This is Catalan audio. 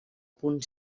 punt